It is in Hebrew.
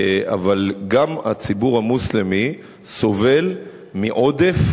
אבל גם הציבור המוסלמי סובל מעודף